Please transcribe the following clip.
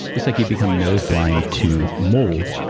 just like you've become nose blind to mold,